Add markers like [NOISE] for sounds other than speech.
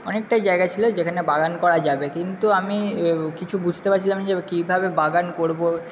অনেকটাই জায়গা ছিল যেখানে বাগান করা যাবে কিন্তু আমি [UNINTELLIGIBLE] কিছু বুঝতে পারছিলাম [UNINTELLIGIBLE] যে কীভাবে বাগান করব